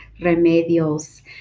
remedios